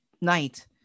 night